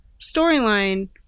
storyline